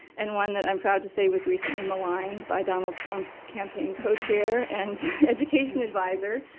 and one that i'm proud to say was recently maligned by donald trump's campaign co-chair and education advisor,